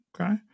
okay